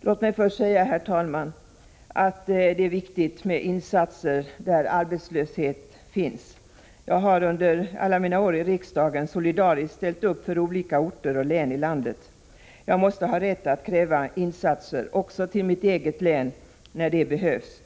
Låt mig först säga, herr talman, att det är viktigt med insatser där arbetslöshet finns. Under alla mina år i riksdagen har jag solidariskt ställt upp för olika orter och län i landet. Jag måste ha rätt att kräva insatser också till mitt eget län när detta behövs.